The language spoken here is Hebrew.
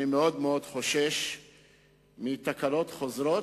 אני מאוד מאוד חושש מתקלות חוזרות,